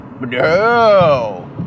No